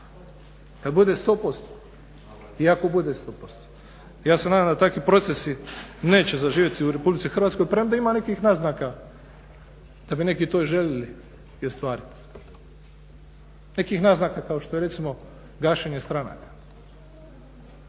kada bude 100% i ako bude 100%? Ja se nadam da takvi procesi neće zaživjeti u RH premda ima nekih naznaka da bi neki željeli to ostvariti, nekih naznaka kao što je recimo gašenje stranaka.